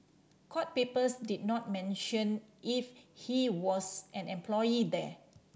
court papers did not mention if he was an employee there